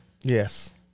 Yes